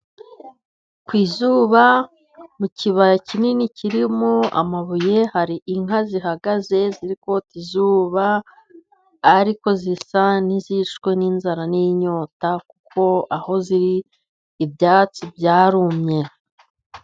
Ku izuba mu kibaya kinini kirimo amabuye, hari inka zihagaze ziri kota izuba, ariko zisa n'izishwe n'inzara n'inyota kuko aho ziri ibyatsi byarumye.